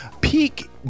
peak